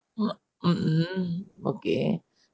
mm mm okay